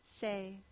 say